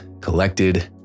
collected